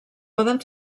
poden